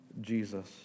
Jesus